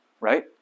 right